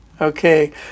Okay